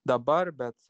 dabar bet